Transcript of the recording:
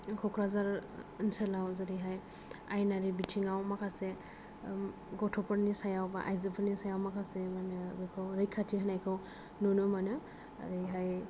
क'क्राझार ओनसोलाव जेरैहाय आयेनारि बिथिङाव माखासे गथ'फोरनि सायाव बा आयजोफोरनि सायाव माखासे माने बेखौ रैखाथि होनायखौ नुनो मोनो ओरैहाय